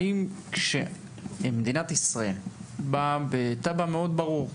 האם כשמדינת ישראל באה בתב"ע מאוד ברורה,